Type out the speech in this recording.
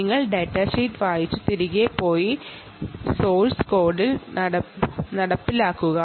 നിങ്ങൾ ഡാറ്റാഷീറ്റ് വായിച്ചതിനു ശേഷം തിരികെ പോയി സോഴ്സ് കോഡ് നടപ്പിലാക്കുക